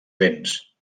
béns